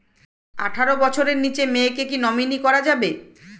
আঠারো বছরের নিচে মেয়েকে কী নমিনি করা যাবে?